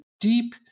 deep